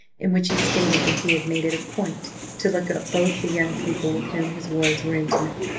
in which he stated that he had made it a point to look up both the young people with whom his wards were intimate,